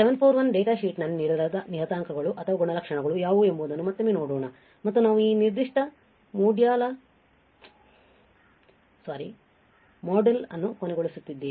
LM741 data ಶೀಟ್ನಲ್ಲಿ ನೀಡಲಾದ ನಿಯತಾಂಕಗಳು ಅಥವಾ ಗುಣಲಕ್ಷಣಗಳು ಯಾವುವು ಎಂಬುದನ್ನು ಮತ್ತೊಮ್ಮೆ ನೋಡೋಣ ಮತ್ತು ನಾವು ಈ ನಿರ್ದಿಷ್ಟ ಮಾಡ್ಯೂಲ್ ಅನ್ನು ಕೊನೆಗೊಳಿಸುತ್ತೇವೆ